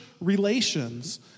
relations